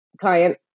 client